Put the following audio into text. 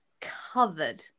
covered